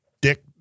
dick